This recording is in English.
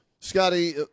Scotty